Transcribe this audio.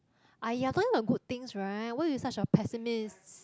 !aiya! talking about good things right why you such a pessimist